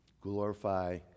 Glorify